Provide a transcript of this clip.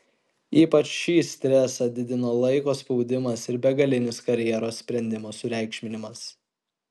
ypač šį stresą didina laiko spaudimas ir begalinis karjeros sprendimo sureikšminimas